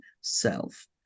self